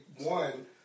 one